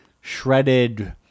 shredded